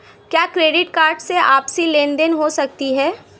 क्या credit card से आपसी लेनदेन हो सकता है?